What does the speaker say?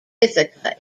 ithaca